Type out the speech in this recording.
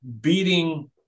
beating